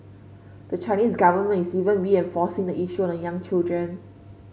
the Chinese government is even reinforcing the issue on young children